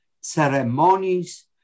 ceremonies